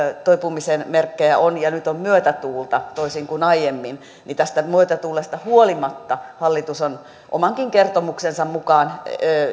toipumisen merkkejä on ja nyt on myötätuulta toisin kuin aiemmin niin tästä myötätuulesta huolimatta hallitus on omankin kertomuksensa mukaan